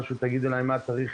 תגידו מה צריך